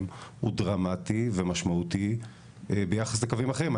הוא דרמטי ומשמעותי ביחס לקווים אחרים.